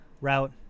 route